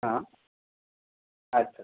ହଁ ଆଚ୍ଛା